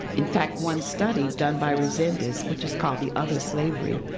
in fact, one study done by resendez, which is called the other slavery,